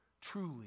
truly